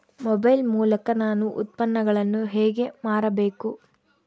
Mobile ಮೂಲಕ ನಾನು ಉತ್ಪನ್ನಗಳನ್ನು ಹೇಗೆ ಮಾರಬೇಕು?